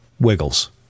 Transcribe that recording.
wiggles